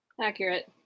Accurate